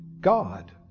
God